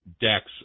decks